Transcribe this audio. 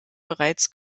bereits